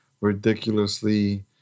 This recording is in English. ridiculously